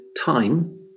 time